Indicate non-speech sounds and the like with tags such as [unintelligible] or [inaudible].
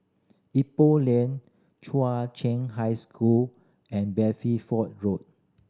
Ipoh Lane Chua Chen High School and [unintelligible] Road